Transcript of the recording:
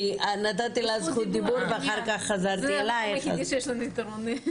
זכות דיבור, זה הדבר היחידי שיש לנו יתרון.